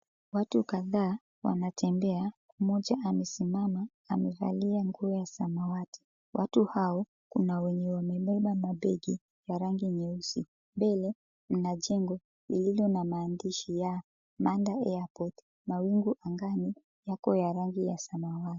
Watu kadhaa wanatembea, mmoja amesimama amevalia nguo ya samawati. Watu hao, kuna wenye wamebeba mabegi ya rangi nyeusi. Mbele mna jengo lililo na maandishi ya, Manda Airport. Mawingu angani yako ya rangi ya samawati.